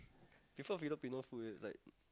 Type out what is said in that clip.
prefer Filipino food leh it's like